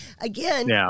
Again